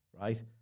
Right